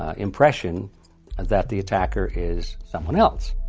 ah impression that the attacker is someone else.